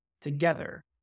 together